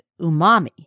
umami